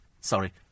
sorry